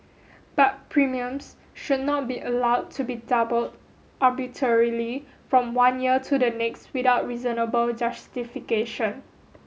but premiums should not be allowed to be doubled arbitrarily from one year to the next without reasonable justification